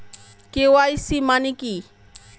KYC মানে কি?